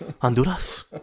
Honduras